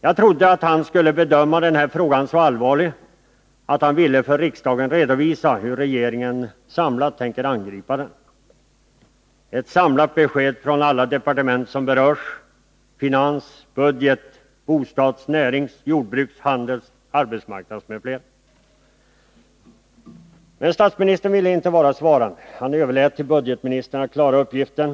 Jag trodde att han skulle bedöma denna fråga som så allvarlig att han ville för riksdagen redovisa hur regeringen tänker angripa den, att han ville ge ett samlat besked från alla departement som berörs: ekonomidepartementet, budgetdepartementet, bostadsdepartementet, industridepartementet, jordbruksdepartementet, handelsdepartementet, arbetsmarknadsdepartementet m.fl. Men statsministern ville inte vara svarande. Han överlät till budgetministern att klara uppgiften.